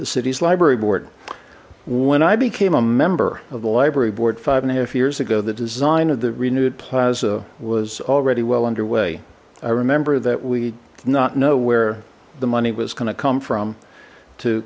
the city's library board when i became a member of the library board five and a half years ago the design of the renewed plaza was already well underway i remember that we not know where the money was going to come from to